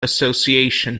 association